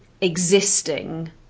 existing